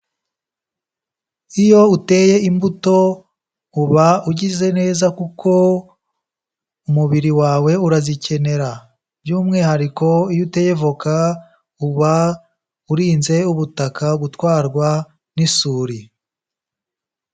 Iyo uteye imbuto uba ugize neza kuko umubiri wawe urazikenera. By'umwihariko iyo uteye voka uba urinze ubutaka gutwarwa n'isuri.